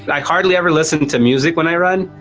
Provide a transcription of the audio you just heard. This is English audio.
i hardly ever listened to music when i run,